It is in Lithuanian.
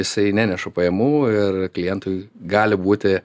jisai neneša pajamų ir klientui gali būti